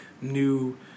new